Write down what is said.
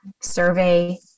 survey